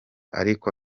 ariko